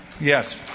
Yes